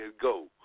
go